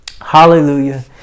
hallelujah